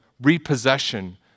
repossession